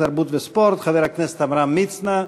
התרבות והספורט חבר הכנסת עמרם מצנע.